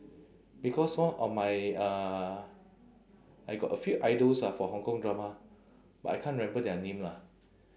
because one of my uh I got a few idols ah from hong kong drama but I can't remember their name lah